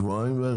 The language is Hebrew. שבועיים?